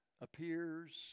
appears